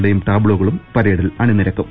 കളുടെയും ടാബ്ലോകളും പരേഡിൽ അണിനിരക്കും